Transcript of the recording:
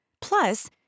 Plus